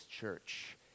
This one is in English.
church